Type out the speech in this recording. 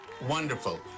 wonderful